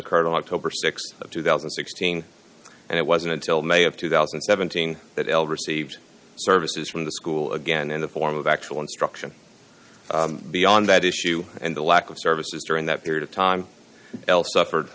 occurred on october th of two thousand and sixteen and it wasn't until may of two thousand and seventeen that l received services from the school again in the form of actual instruction beyond that issue and the lack of services during that period of time l suffered